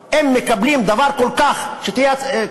אם מקבלים דבר כל כך משמעותי,